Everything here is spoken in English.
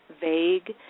vague